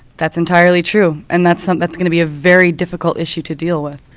that's entirely true and that's um that's going to be a very difficult issue to deal with.